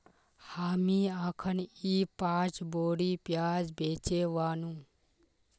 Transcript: हामी अखनइ पांच बोरी प्याज बेचे व नु